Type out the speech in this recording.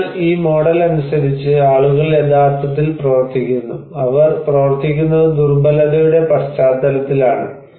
അതിനാൽ ഈ മോഡൽ അനുസരിച്ച് ആളുകൾ യഥാർത്ഥത്തിൽ പ്രവർത്തിക്കുന്നു അവർ പ്രവർത്തിക്കുന്നത് ദുർബലതയുടെ പശ്ചാത്തലത്തിലാണ്